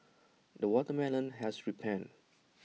the watermelon has ripened